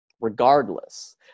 Regardless